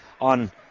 on